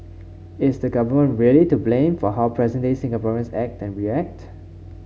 is the government really to blame for how present day Singaporeans act and react